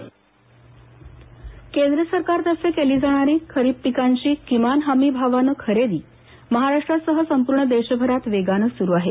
MSP खरेदी केंद्र सरकारतर्फे केली जाणारी खरीप पिकांची किमान हमी भावानं खरेदी महाराष्ट्रासह संपूर्ण देशभरात वेगानं सुरू आहे